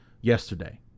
yesterday